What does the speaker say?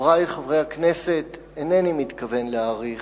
חברי חברי הכנסת, אינני מתכוון להאריך.